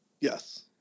Yes